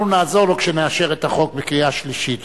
אנחנו נעזור לו כשנאשר את החוק בקריאה שלישית.